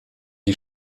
die